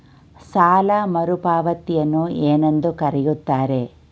ಸಾಲ ಮರುಪಾವತಿಯನ್ನು ಏನೆಂದು ಕರೆಯುತ್ತಾರೆ?